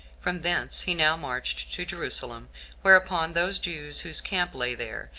from thence he now marched to jerusalem whereupon those jews whose camp lay there,